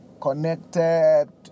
connected